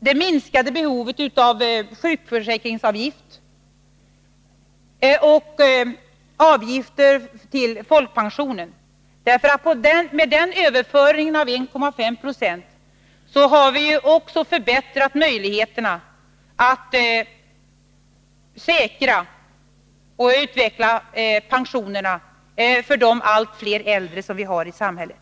det minskade behovet av sjukförsäkringsavgift och avgifterna till folkpensionen, ty med den överföring av 1,5 76 som föreslagits har vi förbättrat möjligheterna att säkra och utveckla pensionerna för de allt fler äldre som finns i samhället.